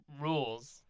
rules